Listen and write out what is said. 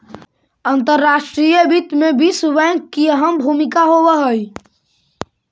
अंतर्राष्ट्रीय वित्त में विश्व बैंक की अहम भूमिका होवअ हई